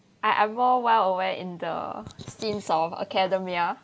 I I more well aware in the schemes of academia